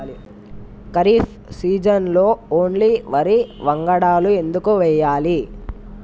ఖరీఫ్ సీజన్లో ఓన్లీ వరి వంగడాలు ఎందుకు వేయాలి?